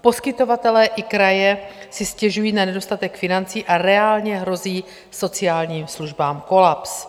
Poskytovatelé i kraje si stěžují na nedostatek financí a reálně hrozí sociálním službám kolaps.